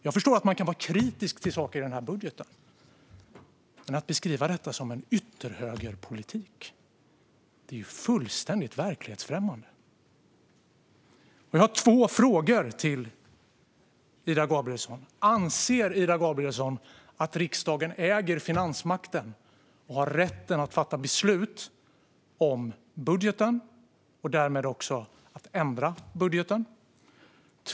Jag förstår att man kan vara kritisk till saker i den här budgeten, men att beskriva det som en ytterhögerpolitik är fullständigt verklighetsfrämmande. Jag har två frågor till Ida Gabrielsson. Anser Ida Gabrielsson att riksdagen äger finansmakten och äger rätten att fatta beslut om budgeten och därmed också ändra i budgeten?